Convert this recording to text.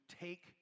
take